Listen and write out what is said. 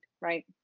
right